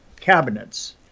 cabinets